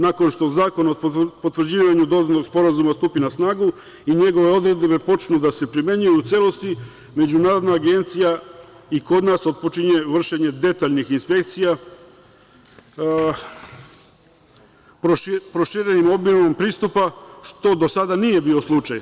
Nakon što Zakon o potvrđivanju dodatnog sporazuma stupi na snagu i njegove odredbe počnu da se primenjuju u celosti, Međunarodna agencija i kod nas otpočinje vršenje detaljnih inspekcija, proširuje se i obim pristupa, što do sada nije bio slučaj.